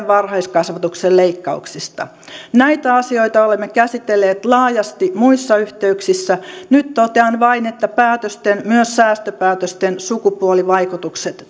varhaiskasvatuksen leikkauksista näitä asioita olemme käsitelleet laajasti muissa yhteyksissä nyt totean vain että päätösten myös säästöpäätösten sukupuolivaikutukset